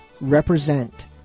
represent